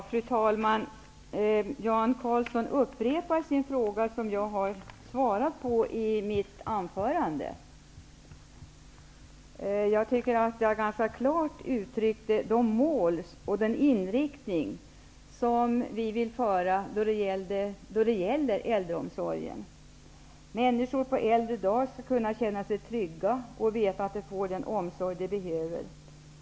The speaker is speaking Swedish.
Fru talman! Jan Karlsson upprepar den fråga som jag har svarat på i mitt anförande. Jag uttryckte ganska klart de mål och den inriktning vi har då det gäller äldreomsorgen. Människor skall på äldre dagar kunna känna sig trygga och veta att de får den omsorg de behöver.